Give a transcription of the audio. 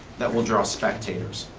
that will draw spectators.